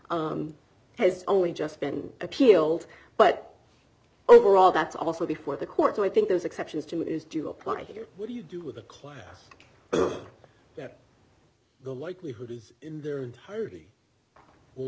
order has only just been appealed but overall that's also before the court so i think there's exceptions to that is do apply here what do you do with a class that the likelihood is in their entirety will